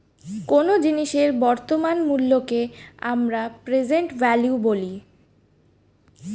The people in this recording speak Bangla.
কোনো জিনিসের বর্তমান মূল্যকে আমরা প্রেসেন্ট ভ্যালু বলি